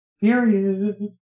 Period